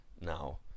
now